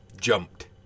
jumped